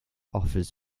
offers